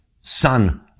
son